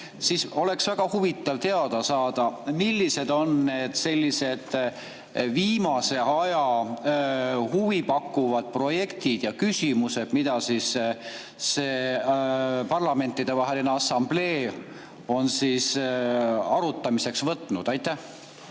siis oleks väga huvitav teada saada, millised on need viimase aja huvipakkuvad projektid ja küsimused, mida see parlamentidevaheline assamblee on arutamiseks võtnud. Aitäh!